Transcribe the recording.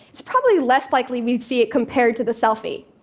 it's probably less likely we'd see it compared to the selfie.